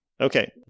Okay